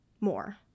more